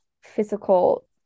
physical